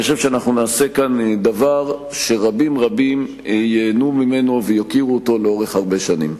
אני חושב שאנחנו נעשה כאן דבר שרבים ייהנו ממנו ויוקירו אותו הרבה שנים.